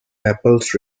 apples